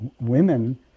women